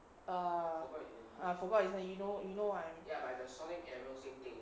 err ah forgot his name you know you know what I mean